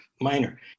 minor